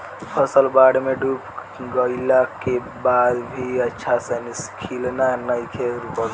फसल बाढ़ में डूब गइला के बाद भी अच्छा से खिलना नइखे रुकल